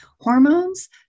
hormones